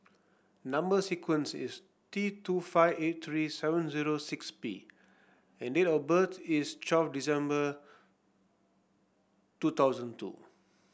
number sequence is T two five eight three seven zero six P and date of birth is twelve December two thousand two